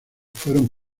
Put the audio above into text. fueron